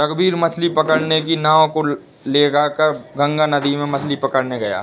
रघुवीर मछ्ली पकड़ने की नाव को लेकर गंगा नदी में मछ्ली पकड़ने गया